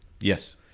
yes